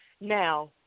Now